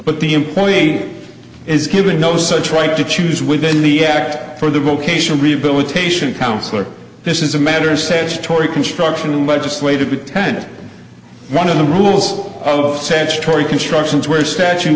but the employee is given no such right to choose within the act for the vocational rehabilitation counselor this is a matter sad story construction legislative intent one of the rules of said story constructions where statute